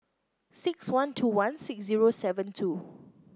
six one two one six zero seven two